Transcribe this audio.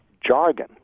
jargon